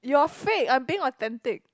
you're fake I'm being authentic